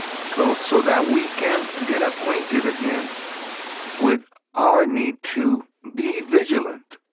so so that we can and get acquainted again with our need to be vigilant,